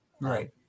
right